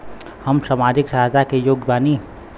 हम सामाजिक सहायता के योग्य बानी?